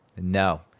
no